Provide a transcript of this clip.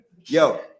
Yo